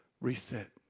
Reset